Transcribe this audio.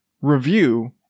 review